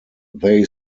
they